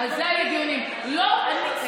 היו דיונים על זה.